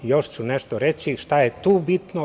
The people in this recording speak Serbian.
Još ću nešto reći šta je tu bitno.